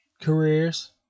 careers